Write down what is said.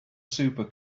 super